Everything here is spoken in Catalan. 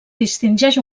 distingeix